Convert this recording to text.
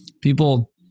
people